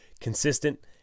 consistent